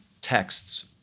texts